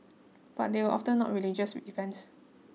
but they were often not religious events